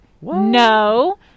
No